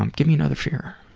um give me another fear.